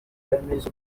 n’abandi